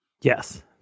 Yes